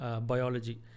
biology